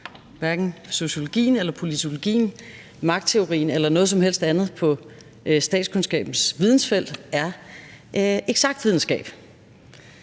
hverken sociologien eller politologien, magtteorien eller noget som helst andet på statskundskabens vidensfelt. Når der